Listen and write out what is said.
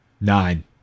Nine